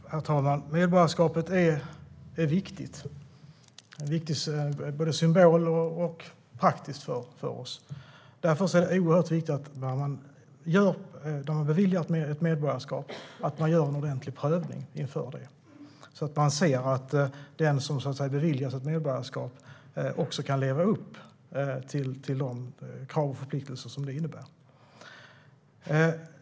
Herr talman! Medborgarskapet är viktigt, både som en symbol och praktiskt för oss. Därför är det oerhört viktigt när man beviljar ett medborgarskap att man gör en ordentlig prövning inför det så att man ser att den som beviljas ett medborgarskap också kan leva upp till de krav och förpliktelser som det innebär.